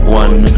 one